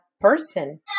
person